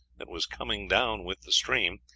that was coming down with the stream,